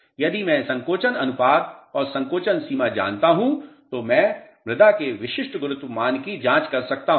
यदि मैं संकोचन अनुपात और संकोचन सीमा जानता हूं तो मैं मृदा के विशिष्ट गुरुत्व मान की जांच कर सकता हूं